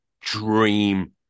dream